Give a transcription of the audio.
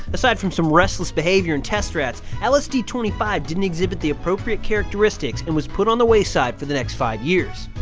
aside from some restless behavior in test rats, lsd twenty five didn't exhibit the appropriate characteristics and was put on the wayside for the next five years.